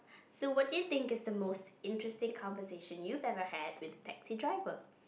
so what you think is the most interesting conversation you've ever had with taxi driver